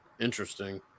interesting